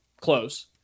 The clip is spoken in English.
close